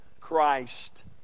Christ